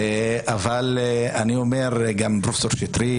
פרופ' שטרית,